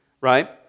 Right